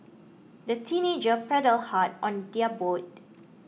the teenagers paddled hard on their boat